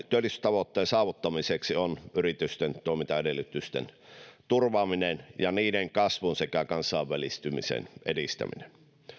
työllisyystavoitteen saavuttamiseksi on yritysten toimintaedellytysten turvaaminen ja niiden kasvun sekä kansainvälistymisen edistäminen